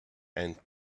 and